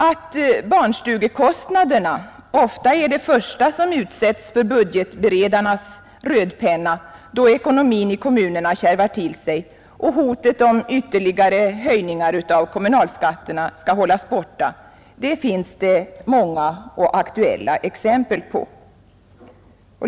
Att barnstugekostnaden ofta är det första som utsätts för budgetberedarnas rödpenna då ekonomin i kommunerna kärvar till sig och hotet om ytterligare höjningar av kommunalskatterna skall hållas borta, det finns det många och aktuella exempel på.